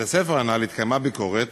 בבית-הספר הנ"ל התקיימה ביקורת,